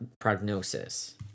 prognosis